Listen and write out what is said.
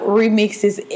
remixes